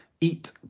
eat